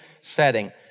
setting